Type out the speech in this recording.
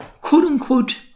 quote-unquote